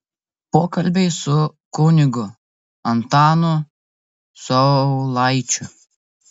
pokalbiai su kunigu antanu saulaičiu